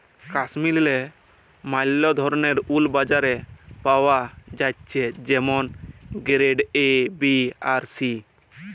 কাশ্মীরেল্লে ম্যালা ধরলের উল বাজারে পাওয়া জ্যাছে যেমল গেরেড এ, বি আর সি